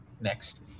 Next